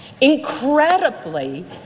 Incredibly